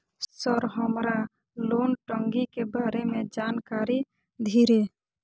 Sir हमरा loan टंगी के बारे में जान कारी धीरे?